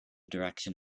direction